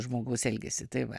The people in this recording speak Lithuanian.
žmogus elgiasi tai va